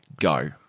Go